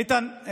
איתן,